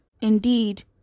indeed